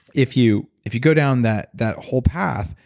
if you if you go down that that whole path,